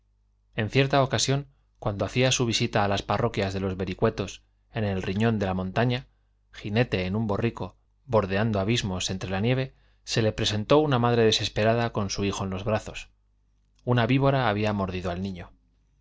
en cierta ocasión cuando hacía su visita a las parroquias de los vericuetos en el riñón de la montaña jinete en un borrico bordeando abismos entre la nieve se le presentó una madre desesperada con su hijo en los brazos una víbora había mordido al niño